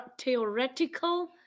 theoretical